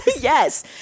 Yes